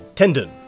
tendon